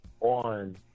on